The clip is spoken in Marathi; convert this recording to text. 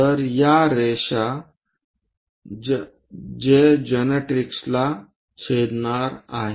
तर या रेषा जे जनरेट्रिक्सला छेदणार आहेत